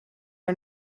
are